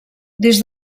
des